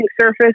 surface